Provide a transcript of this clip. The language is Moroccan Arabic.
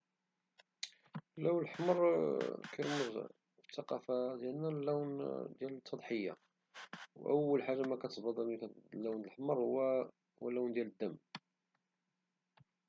اللون الأحمر كيرمز في الثقافة ديالنا للتضحية وأول حاجة كتبادرلك للذهن من كتفكر في الأحمر هو لون الدم